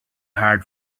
hard